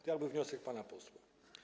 To jakby wniosek pana posła.